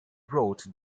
wrote